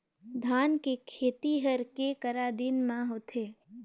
धान के खेती हर के करा दिन म होथे?